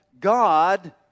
God